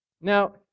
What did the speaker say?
Now